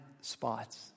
spots